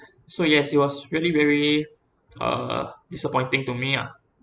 so yes it was really very uh disappointing to me ah